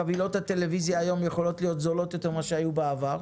חבילות הטלוויזיה היום יכולות להיות זולות מכפי שהיו בעבר.